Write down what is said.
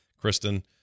Kristen